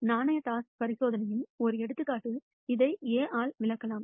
நாணய டாஸ் பரிசோதனையின் ஒரு எடுத்துக்காட்டு இதை A ஆல் விளக்கலாம்